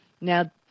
Now